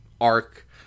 arc